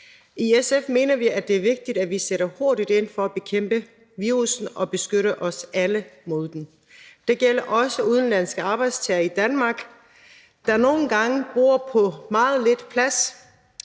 I SF mener vi, at det er vigtigt, at vi sætter hurtigt ind for at bekæmpe virussen og beskytte os alle mod den. Det gælder også udenlandske arbejdstagere i Danmark, der nogle gange bor på meget lidt plads,